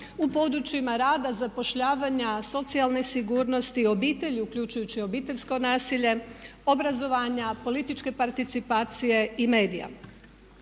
u područjima rada, zapošljavanja, socijalne sigurnosti, obitelji uključujući obiteljsko nasilje, obrazovanja, političke participacije i medija.